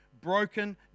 broken